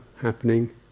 happening